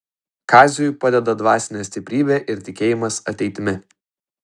kaziui padeda dvasinė stiprybė ir tikėjimas ateitimi